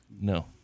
No